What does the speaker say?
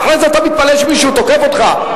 ואחרי זה אתה מתפלא שמישהו תוקף אותך?